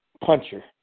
puncher